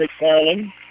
McFarland